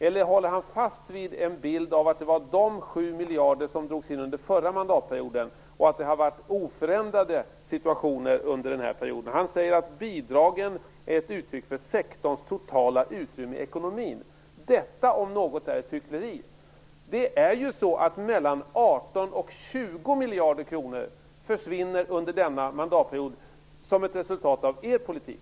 Eller håller han fast vid bilden att det bara handlar om att 7 miljarder drogs in under förra mandatperioden och att situationen under den här perioden har varit oförändrad? Inrikesministern säger att bidragen är ett uttryck för sektorns totala utrymme i ekonomin. Detta om något är hyckleri! Det är ju så att mellan 18 och 20 miljarder kronor försvinner under denna mandatperiod som ett resultat av er politik.